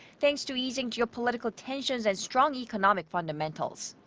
thanks to easing geopolitical tensions and strong economic fundamentals.